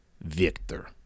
Victor